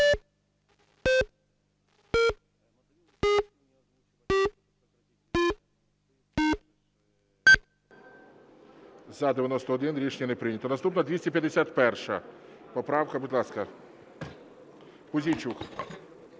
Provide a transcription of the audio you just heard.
За-91 Рішення не прийнято. Наступна 251 поправка. Будь ласка, Пузійчук.